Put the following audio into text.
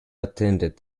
attended